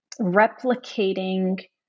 replicating